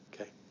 Okay